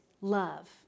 love